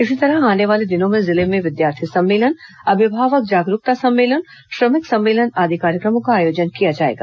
इसी तरह आने वाले दिनों में जिले में विद्यार्थी सम्मेलन अभिभावक जागरूकता सम्मेलन श्रमिक सम्मेलन आदि कार्यक्रमों का आयोजन किया जाएगा